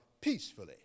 peacefully